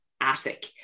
attic